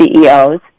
CEOs